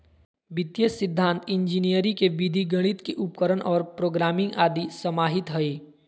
वित्तीय सिद्धान्त इंजीनियरी के विधि गणित के उपकरण और प्रोग्रामिंग आदि समाहित हइ